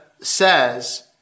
says